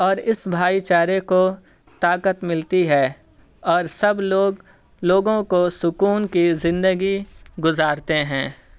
اور اس بھائی چارے کو طاقت ملتی ہے اور سب لوگ لوگوں کو سکون کی زندگی گزارتے ہیں